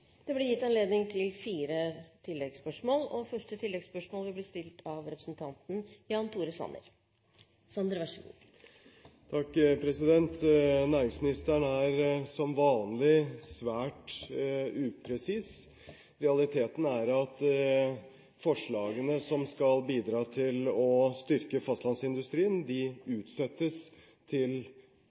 Det blir gitt anledning til fire oppfølgingsspørsmål – først Jan Tore Sanner. Næringsministeren er, som vanlig, svært upresis. Realiteten er at forslagene som skal bidra til å styrke fastlandsindustrien, utsettes til